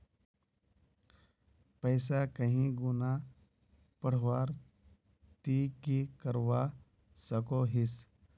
पैसा कहीं गुणा बढ़वार ती की करवा सकोहिस?